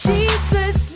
Jesus